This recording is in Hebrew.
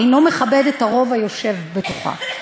אינו מכבד את הרוב היושב בתוכה.